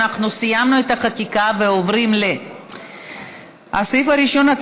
אנחנו סיימנו את הצעות החקיקה ועוברים לסעיף הראשון,